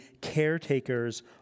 caretakers